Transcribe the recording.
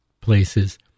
places